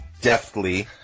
deftly